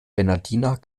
bernhardiner